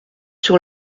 sur